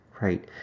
Right